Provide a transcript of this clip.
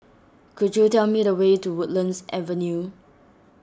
could you tell me the way to Woodlands Avenue